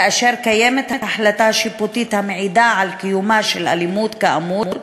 כאשר קיימת החלטה שיפוטית המעידה על קיומה של אלימות כאמור,